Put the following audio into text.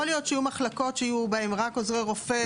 יכול להיות שיהיו מחלקות שיהיו בהן רק עוזרי רופא?